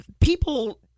people